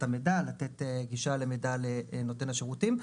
המידע ולתת גישה למידע לנותן השירותים.